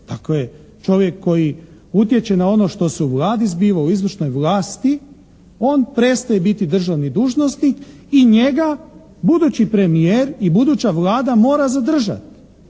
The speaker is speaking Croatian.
dakle čovjek koji utječe na ono što se u Vladi kao u izvršnoj vlasti, on prestaje biti državni dužnosnik i njega budući premijer i buduća Vlada mora zadržati.